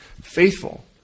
Faithful